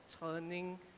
turning